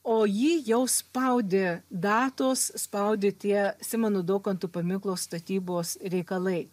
o jį jau spaudė datos spaudė tie simono daukanto paminklo statybos reikalai